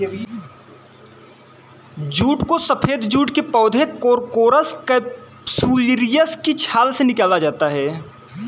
jute को सफेद jute के पौधे कोरकोरस कैप्सुलरिस की छाल से निकाला जाता है